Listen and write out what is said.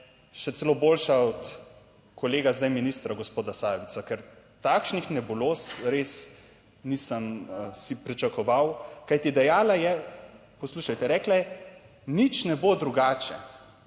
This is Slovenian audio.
še celo boljša od kolega, zdaj ministra gospoda Sajovica, ker takšnih nebuloz res nisem si pričakoval. Kajti dejala je - poslušajte, rekla je, nič ne bo drugače